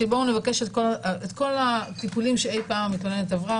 שבה הוא מבקש את כל הטיפולים שאי-פעם מתלוננת עברה